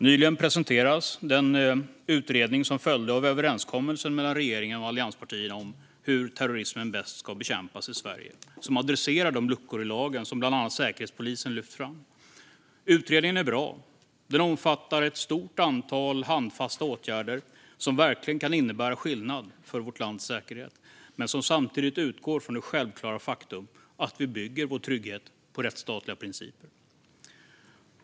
Nyligen presenterades den utredning som följde av överenskommelsen mellan regeringen och allianspartierna om hur terrorismen bäst ska bekämpas i Sverige. Den adresserar de luckor i lagen som bland annat Säkerhetspolisen lyft fram. Utredningen är bra. Den omfattar ett stort antal handfasta åtgärder som verkligen kan göra skillnad för vårt lands säkerhet men utgår samtidigt från det självklara faktum att vi bygger vår trygghet på rättsstatliga principer.